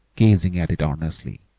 gazing at it earnestly.